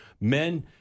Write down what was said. Men